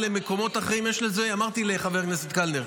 למקומות אחרים אמרתי לחבר הכנסת קלנר,